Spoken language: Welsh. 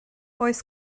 oes